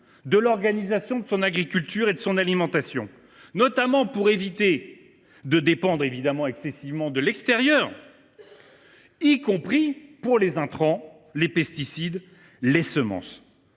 de l’organisation de son agriculture et de son alimentation, notamment pour éviter de dépendre excessivement de l’extérieur, y compris pour les intrants, les pesticides et autres semences.